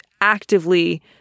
actively